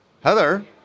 Heather